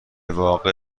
واقع